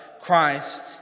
Christ